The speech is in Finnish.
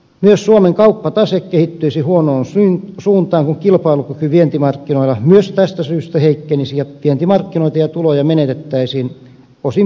myös suomen kauppatase kehittyisi huonoon suuntaan kun kilpailukyky vientimarkkinoilla myös tästä syystä heikkenisi ja vientimarkkinoita ja tuloja menetettäisiin osin pysyvästikin